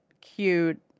cute